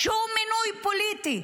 שהוא מינוי פוליטי,